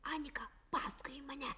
anika paskui mane